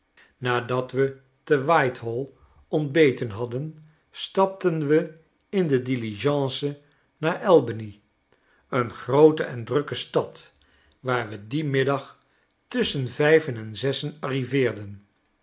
nadat we te whitehall ontbeten hadden stapten we in de diligence naar albany een groote en drukke stad waar we dien middag tusschen vijven en zessen arriveerden